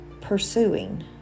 pursuing